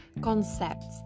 concepts